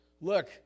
Look